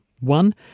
One